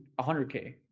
100k